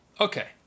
okay